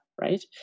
right